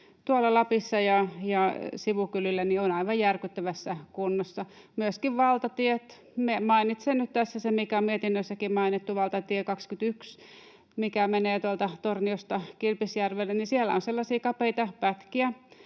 Lapissa ja sivukylillä ovat aivan järkyttävässä kunnossa, myöskin valtatiet. Mainitsen nyt tässä sen, mikä on mietinnössäkin mainittu, eli valtatien 21, mikä menee Torniosta Kilpisjärvelle. Siellä on sellaisia kapeita pätkiä,